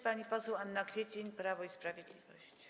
Pani poseł Anna Kwiecień, Prawo i Sprawiedliwość.